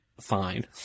fine